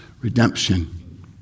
Redemption